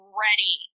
ready